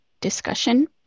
discussion